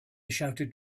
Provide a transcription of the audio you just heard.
shouted